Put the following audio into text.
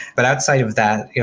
but outside of that,